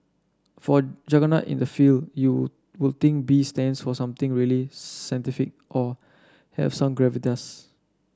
for a juggernaut in the field you would think B stands for something really scientific or have some gravitas